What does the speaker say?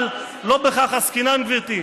אבל לא בכך עסקינן, גברתי.